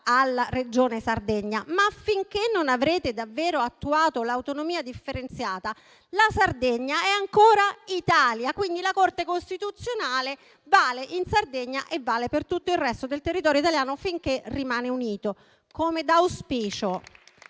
alla Regione Sardegna; ma finché non avrete davvero attuato l'autonomia differenziata, la Sardegna è ancora Italia e, quindi, la Corte costituzionale vale in Sardegna e per tutto il resto del territorio italiano, finché rimane unito, come da auspicio